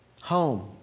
home